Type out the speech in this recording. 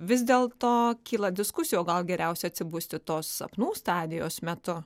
vis dėlto kyla diskusijų o gal geriausia atsibusti tos sapnų stadijos metu